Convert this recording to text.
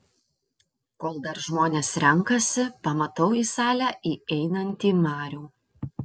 kol dar žmonės renkasi pamatau į salę įeinantį marių